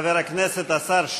חבר הכנסת השר שטייניץ.